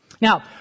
Now